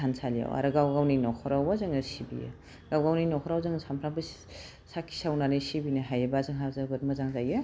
थानसालियाव आरो गाव गावनि नख'रावबो जोङो सिबियो गाव गावनि नख'राव जोङो सामफ्रामबो साखि सावनानै सिबिनो हायो बा जोंहा जोबोद मोजां जायो